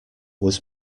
was